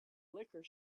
liquor